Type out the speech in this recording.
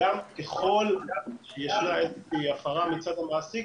וגם ככל שישנה איזושהי הפרה מצד המעסיק